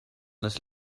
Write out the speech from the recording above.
this